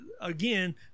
again